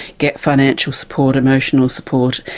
get financial support, emotional support,